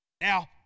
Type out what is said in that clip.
now